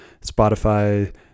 Spotify